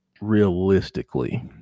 realistically